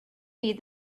feed